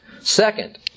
Second